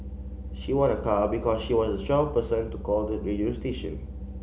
she won a car because she was the twelfth person to call the radio station